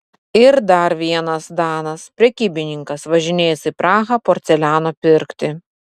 ir dar vienas danas prekybininkas važinėjęs į prahą porceliano pirkti